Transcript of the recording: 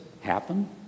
happen